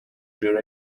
joro